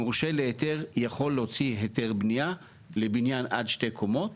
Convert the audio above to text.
מורשה להיתר יכול להוציא היתר בניה לבניין עד שתי קומות